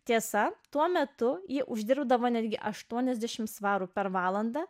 tiesa tuo metu ji uždirbdavo netgi aštuoniasdešim svarų per valandą